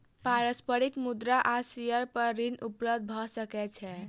पारस्परिक मुद्रा आ शेयर पर ऋण उपलब्ध भ सकै छै